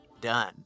done